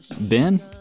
Ben